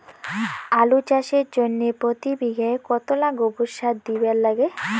আলু চাষের জইন্যে প্রতি বিঘায় কতোলা গোবর সার দিবার লাগে?